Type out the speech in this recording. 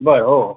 बरं हो हो